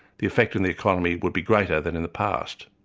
the effect on the economy would be greater than in the past.